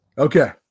Okay